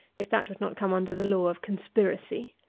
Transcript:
if that would not come under the law of conspiracy!